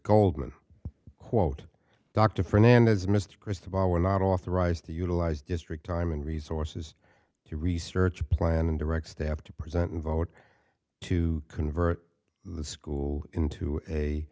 goldman quote dr fernandez mr cristobal were not authorized to utilize district time and resources to research plan and direct staff to present and vote to convert the school into a